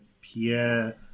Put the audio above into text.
Pierre